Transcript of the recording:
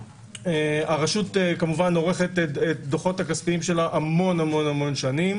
הרשות כמובן עורכת את הדוחות הכספיים שלה המון שנים.